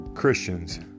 Christians